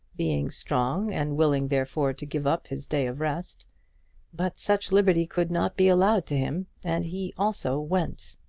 being strong, and willing therefore to give up his day of rest but such liberty could not be allowed to him, and he also went.